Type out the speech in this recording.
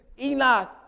Enoch